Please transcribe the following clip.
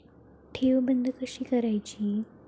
ठेव बंद कशी करायची?